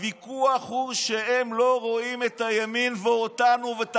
הוויכוח הוא שהם לא רואים את הימין ואותנו ואת